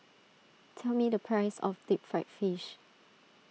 tell me the price of Deep Fried Fish